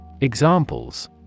Examples